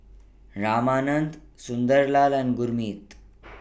Ramanand Sunderlal and Gurmeet